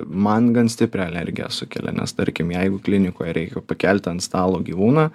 man gan stiprią alergiją sukelia nes tarkim jeigu klinikoje reikia pakelti ant stalo gyvūną